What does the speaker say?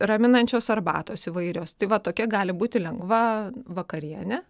raminančios arbatos įvairios tai va tokia gali būti lengva vakarienė